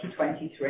2023